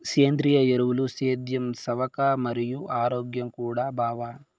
సేంద్రియ ఎరువులు సేద్యం సవక మరియు ఆరోగ్యం కూడా బావ